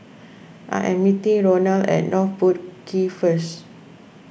I am meeting Ronal at North Boat Quay first